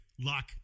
lock